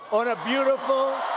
on a beautiful,